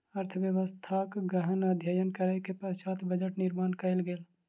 अर्थव्यवस्थाक गहन अध्ययन करै के पश्चात बजट निर्माण कयल गेल